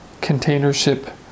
containership